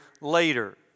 later